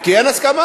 כי אין הסכמה.